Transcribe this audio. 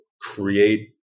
create